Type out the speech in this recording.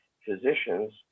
physicians